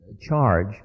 charge